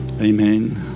Amen